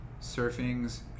surfing's